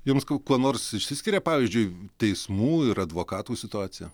jums kuo nors išsiskiria pavyzdžiui teismų ir advokatų situacija